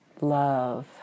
love